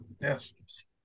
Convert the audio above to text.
Yes